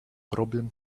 problem